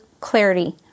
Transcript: clarity